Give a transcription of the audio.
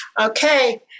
Okay